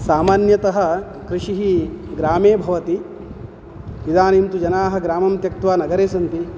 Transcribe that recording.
सामान्यतः कृषिः ग्रामे भवति इदानीन्तु जनाः ग्रामं त्यक्तवा नगरे सन्ति